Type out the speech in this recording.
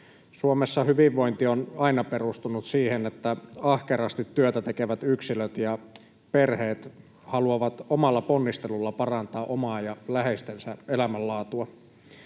Suomessa hyvinvointi on aina perustunut siihen, että ahkerasti työtä tekevät yksilöt ja perheet haluavat omalla ponnistelulla parantaa omaa ja läheistensä elämänlaatua.